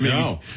No